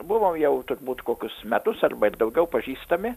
buvom jau turbūt kokius metus arba ir daugiau pažįstami